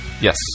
Yes